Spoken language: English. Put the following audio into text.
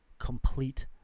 complete